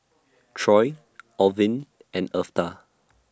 Troy Orvin and Eartha